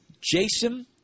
Jason